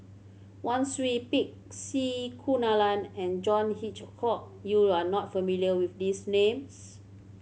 Wang Sui Pick C Kunalan and John Hitchcock you are not familiar with these names